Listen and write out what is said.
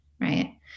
right